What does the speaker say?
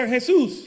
Jesus